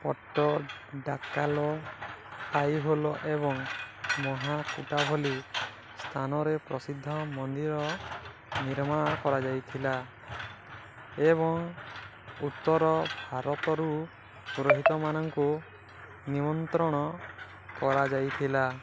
ପଟ୍ଟଡ଼ାକାଲ ଆଇହୋଲ ଏବଂ ମହାକୁଟା ଭଳି ସ୍ଥାନରେ ପ୍ରସିଦ୍ଧ ମନ୍ଦିର ନିର୍ମାଣ କରାଯାଇଥିଲା ଏବଂ ଉତ୍ତର ଭାରତରୁ ପୁରୋହିତମାନଙ୍କୁ ନିମନ୍ତ୍ରଣ କରାଯାଇଥିଲା